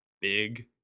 big